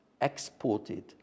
exported